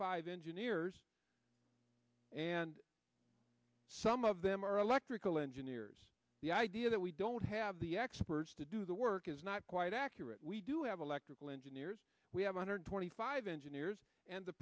five engineers and some of them are electrical engineers the idea that we don't have the experts to do the work is not quite accurate we do have electrical engineers we have one hundred twenty five engineers and the